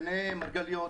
ביניהן ממרגליות,